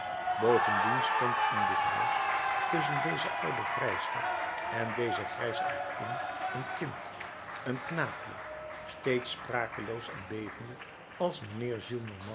bovendien stond in dit huis tusschen deze oude vrijster en dezen grijsaard in een kind een knaapje steeds sprakeloos en bevende als mijnheer